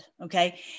Okay